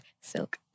Silk